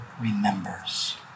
remembers